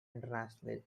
internationally